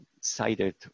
cited